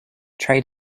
try